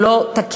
הוא לא תקין.